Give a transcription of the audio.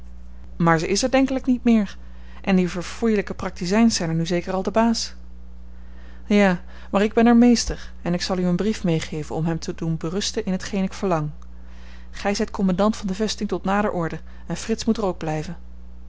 maar zij is er denkelijk niet meer en die verfoeielijke praktizijns zijn er nu zeker al de baas ja maar ik ben er meester en ik zal u een brief meegeven om hen te doen berusten in t geen ik verlang gij zijt commandant van de vesting tot nader orde en frits moet er ook blijven